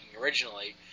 originally